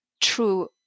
true